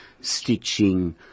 stitching